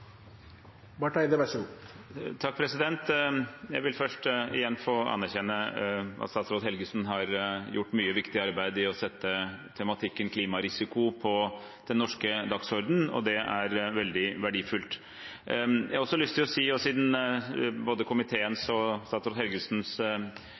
vil jeg igjen få anerkjenne at statsråd Helgesen har gjort mye viktig arbeid med å sette tematikken klimarisiko på den norske dagsordenen. Det er veldig verdifullt. Siden både komiteens og statsråd Helgesens ansvarsområde er sektorovergripende, vil jeg stille statsråden et spørsmål knyttet til framtidig organisering av olje- og